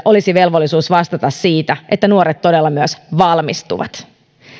olisi velvollisuus vastata siitä että nuoret todella myös valmistuvat